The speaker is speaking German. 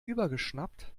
übergeschnappt